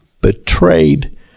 betrayed